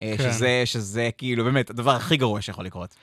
שזה, שזה, כאילו, באמת, הדבר הכי גרוע שיכול לקרות.